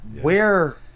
where-